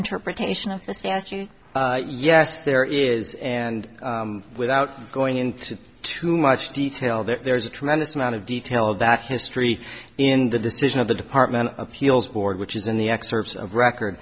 interpretation of the statute yes there is and without going into too much detail there's a tremendous amount of detail of that history in the decision of the department of appeals board which is in the excerpts of record